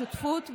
בשותפות,